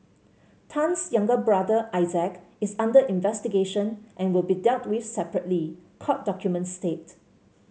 Tan's younger brother Isaac is under investigation and will be dealt with separately court documents state